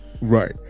right